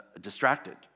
distracted